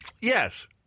Yes